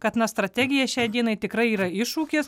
kad na strategija šiai dienai tikrai yra iššūkis